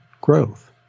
growth